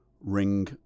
ring